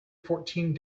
fourteen